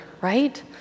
right